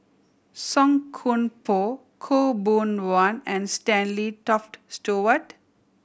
Song Koon Poh Khaw Boon Wan and Stanley Toft Stewart